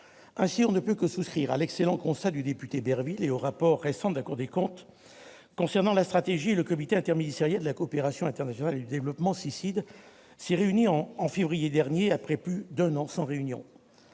Ainsi, on ne peut que souscrire à l'excellent constat du député Hervé Berville et au récent rapport de la Cour des comptes à ce sujet. Concernant la stratégie, le comité interministériel de la coopération internationale et du développement s'est réuni en février dernier, après plus d'un an sans réunion.